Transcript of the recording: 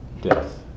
death